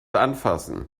anfassen